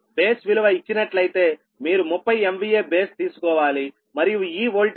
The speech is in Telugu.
బేస్ విలువ ఇచ్చినట్లయితే మీరు 30 MVA బేస్ తీసుకోవాలి మరియు ఈ ఓల్టేజ్ వచ్చి 6